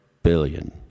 Billion